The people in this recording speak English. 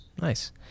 Nice